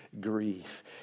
grief